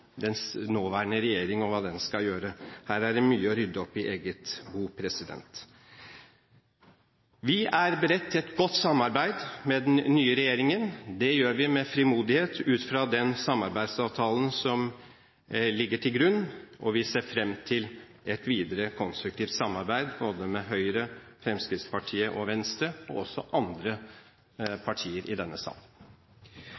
nåværende regjering og hva den skal gjøre. Her er det mye å rydde opp i i eget bo. Vi er beredt til et godt samarbeid med den nye regjeringen. Det gjør vi med frimodighet ut fra den samarbeidsavtalen som ligger til grunn, og vi ser fram til et videre konstruktivt samarbeid både med Høyre, Fremskrittspartiet og Venstre – og også andre